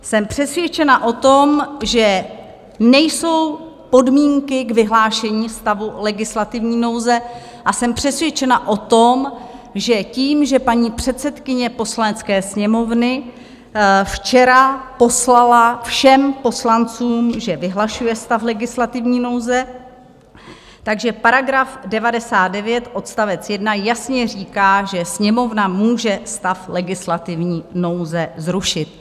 Jsem přesvědčena o tom, že nejsou podmínky k vyhlášení stavu legislativní nouze, a jsem přesvědčena o tom, že tím, že paní předsedkyně Poslanecké sněmovny včera poslala všem poslancům, že vyhlašuje stav legislativní nouze, tak že § 99 odst. 1 jasně říká, že Sněmovna může stav legislativní nouze zrušit.